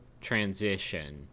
transition